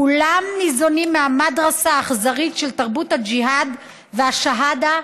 כולם ניזונים מהמדרסה האכזרית של תרבות הג'יהאד והשהדה,